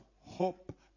hope